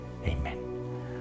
Amen